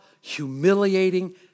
humiliating